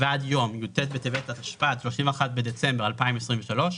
ועד יום י"ט בטבת התשפ"ד (31 בדצמבר 2023),